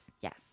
Yes